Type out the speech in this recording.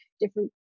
different